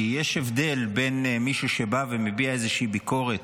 כי יש הבדל בין מישהו שבא ומביע איזושהי ביקורת,